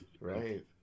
Right